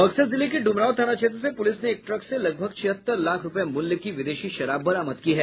बक्सर जिले के ड्मरांव थाना क्षेत्र से पूलिस ने एक ट्रक से लगभग छिहत्तर लाख रूपये मूल्य की विदेशी शराब बरामद की है